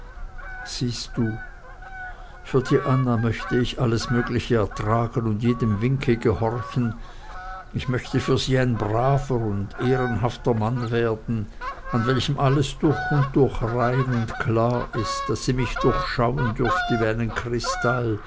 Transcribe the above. siehst du für die anna möchte ich alles mögliche ertragen und jedem winke gehorchen ich möchte für sie ein braver und ehrenhafter mann werden an welchem alles durch und durch rein und klar ist daß sie mich durchschauen dürfte wie einen kristall